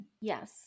yes